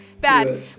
bad